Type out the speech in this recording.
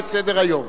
(גמלאות)